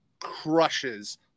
crushes